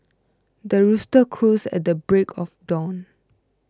the rooster crows at the break of dawn